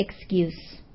excuse